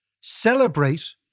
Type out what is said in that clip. celebrate